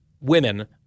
women